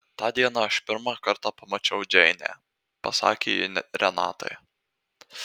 tą dieną aš pirmą kartą pamačiau džeinę pasakė ji renatai